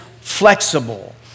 flexible